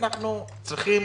שאנחנו צריכים